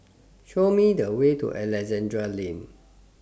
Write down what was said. Show Me The Way to Alexandra Lane